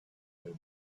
they